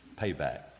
payback